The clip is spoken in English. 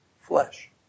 Flesh